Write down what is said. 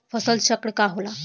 फसल चक्र का होला?